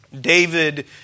David